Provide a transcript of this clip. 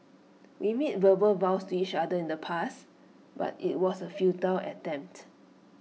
we made verbal vows to each other in the past but IT was A futile attempt